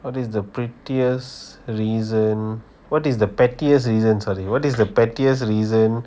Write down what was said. what is the prettiest reason what is the pettiest reason sorry what is the pettiest reason